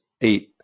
eight